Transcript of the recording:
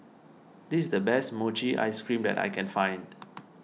this is the best Mochi Ice Cream that I can find